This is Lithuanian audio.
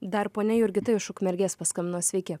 dar ponia jurgita iš ukmergės paskambino sveiki